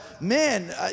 man